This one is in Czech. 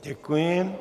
Děkuji.